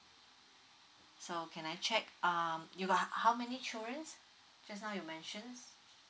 so can I check uh you got how many childrens just now you mentions